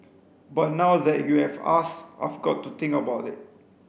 but now that you have asked I've got to think about it